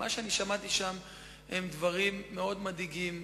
שמעתי שם דברים מאוד מדאיגים,